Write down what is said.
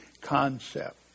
concept